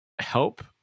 help